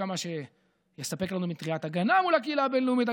מה שיספק לנו מטריית הגנה מול הקהילה הבין-לאומית.